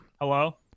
hello